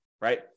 right